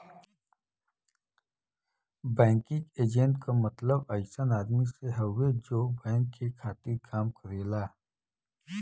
banking agent क मतलब अइसन आदमी से हउवे जौन बैंक के खातिर काम करेला